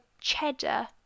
cheddar